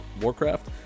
Warcraft